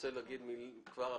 שרוצה לומר משהו כבר עכשיו.